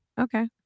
Okay